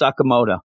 Sakamoto